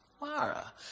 Mara